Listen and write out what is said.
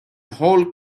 whole